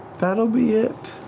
that'll be it.